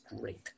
great